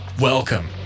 Welcome